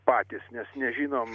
patys mes nežinom